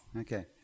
okay